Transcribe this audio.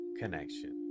connection